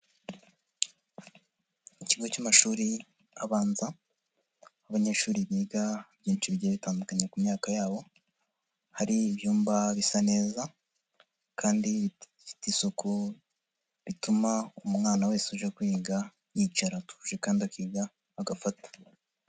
Ikigo cy'amashuri abanza abanyeshuri biga byinshi bigiye bitandukanye ku myaka yabo, hari ibyumba bisa neza kandi bifite isuku bituma umwana wese uje kwiga yicara atuje kandi akiga agafata.